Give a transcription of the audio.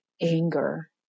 anger